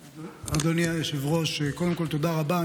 אדוני היושב-ראש, קודם כול, תודה רבה.